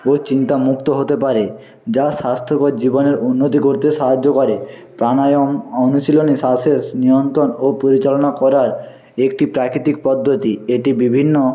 ও চিন্তামুক্ত হতে পারে যা স্বাস্থ্যকর জীবনের উন্নতি করতে সাহায্য করে প্রাণায়াম অনুশীলনী শ্বাসের নিয়ন্ত্রণ ও পরিচালনা করার একটি প্রাকৃতিক পদ্ধতি এটি বিভিন্ন